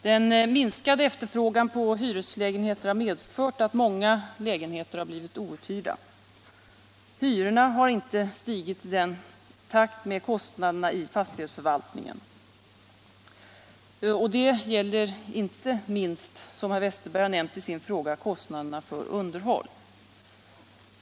Den minskade efterfrågan på hyreslägenheter har medfört att många lägenheter har blivit outhyrda. Hyrorna har inte stigit i takt med kostnaderna i fastighetsförvaltningen. Det gäller inte minst, som herr Westerberg har nämnt i sin fråga, kostnaderna för underhåll.